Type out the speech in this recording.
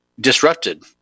disrupted